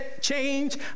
change